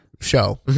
show